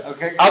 Okay